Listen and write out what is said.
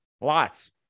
Lots